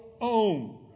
own